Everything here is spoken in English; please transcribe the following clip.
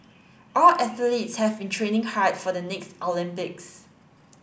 our athletes have been training hard for the next Olympics